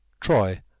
Troy